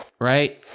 right